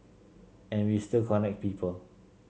and we still connect people